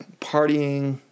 partying